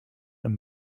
and